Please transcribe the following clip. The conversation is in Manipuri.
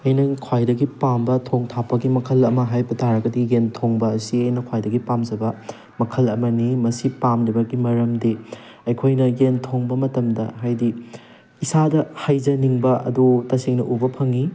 ꯑꯩꯅ ꯈ꯭ꯋꯥꯏꯗꯒꯤ ꯄꯥꯝꯕ ꯊꯣꯡ ꯊꯥꯛꯄꯒꯤ ꯃꯈꯜ ꯑꯃ ꯍꯥꯏꯕ ꯇꯥꯔꯒꯗꯤ ꯌꯦꯟ ꯊꯣꯡꯕ ꯑꯁꯤ ꯑꯩꯅ ꯈ꯭ꯋꯥꯏꯗꯒꯤ ꯄꯥꯝꯖꯕ ꯃꯈꯜ ꯑꯃꯅꯤ ꯃꯁꯤ ꯄꯥꯝꯂꯤꯕꯒꯤ ꯃꯔꯝꯗꯤ ꯑꯩꯈꯣꯏꯅ ꯌꯦꯟ ꯊꯣꯡꯕ ꯃꯇꯝꯗ ꯍꯥꯏꯗꯤ ꯏꯁꯥꯗ ꯍꯩꯖꯅꯤꯡꯕ ꯑꯗꯣ ꯇꯁꯦꯡꯅ ꯎꯕ ꯐꯪꯉꯤ